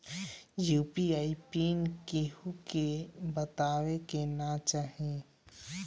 UPI PIN केहू के बतावे के ना चाही